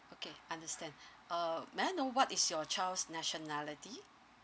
okay understand uh may I know what is your child's nationality